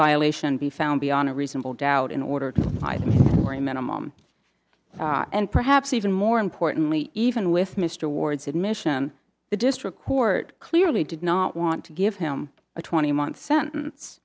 violation be found beyond a reasonable doubt in order to widen or a minimum and perhaps even more importantly even with mr ward's admission the district court clearly did not want to give him a twenty month sentence